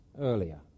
earlier